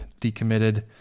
decommitted